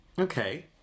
Okay